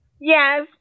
Yes